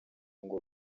ngo